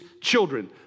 children